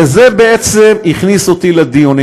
וזה בעצם הכניס אותי לדיונים.